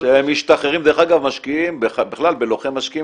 כשהם משתחררים משקיעים בכלל בלוחם משקיעים